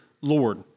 Lord